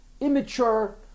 immature